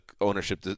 ownership